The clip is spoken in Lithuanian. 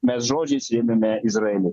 mes žodžiais rėmėme izraeliui